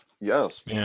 Yes